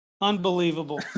Unbelievable